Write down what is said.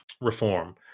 reform